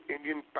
Indian